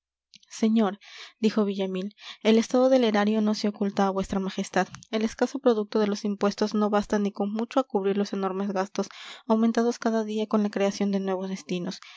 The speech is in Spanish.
señor dijo villamil el estado del erario no se oculta a vuestra majestad el escaso producto de los impuestos no basta ni con mucho a cubrir los enormes gastos aumentados cada día con la creación de nuevos destinos